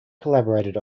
collaborated